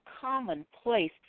commonplace